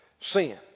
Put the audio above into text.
sin